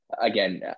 Again